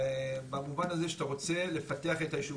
חובה במובן הזה שאתה רוצה לפתח את הישוב.